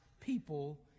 people